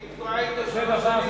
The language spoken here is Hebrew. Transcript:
היית תקועה אתו שבע שנים.